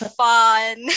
fun